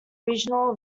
regional